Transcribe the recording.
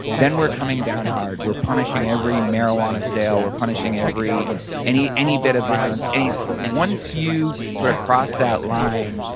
then we're coming down hard. we're punishing every marijuana sale, we're punishing every any any bit of violence. once you sort of cross that line,